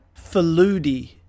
Faludi